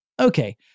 Okay